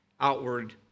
outward